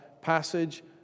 passage